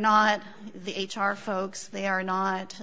not the h r folks they are not